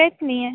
तेच न्हय